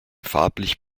farblich